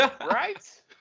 Right